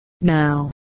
now